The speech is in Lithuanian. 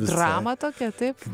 dramą tokia taip